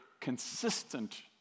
consistent